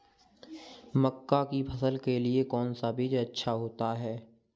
मक्का की फसल के लिए कौन सा बीज अच्छा होता है?